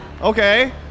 Okay